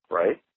right